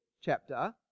chapter